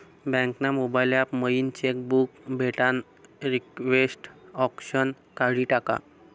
bank ना mobile app मयीन cheque book भेटानं रिक्वेस्ट ऑप्शन काढी टाकं